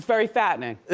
very fattening.